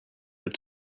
had